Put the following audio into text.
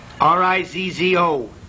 R-I-Z-Z-O